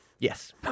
Yes